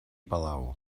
palau